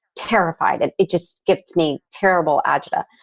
terrified it. it just give me terrible agita.